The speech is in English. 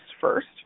first